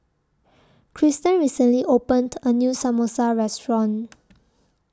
Krysten recently opened A New Samosa Restaurant